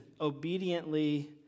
obediently